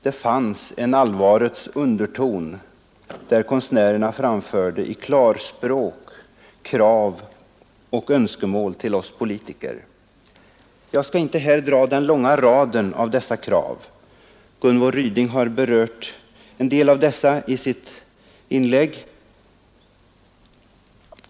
Där fanns en allvarets underton, när konstnärerna i klarspråk framförde krav och önskemål till oss politiker. Jag skall inte här dra den långa raden av dessa krav. Gunvor Ryding har berört en del av dessa i sitt inlägg.